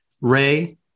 Ray